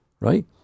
right